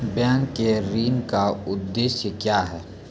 Bank के ऋण का उद्देश्य क्या हैं?